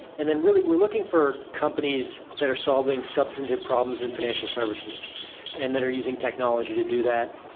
and then really, we're looking for companies that are solving substantive problems and financial services and that are using technology to do that.